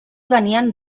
venien